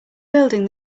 building